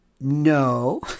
No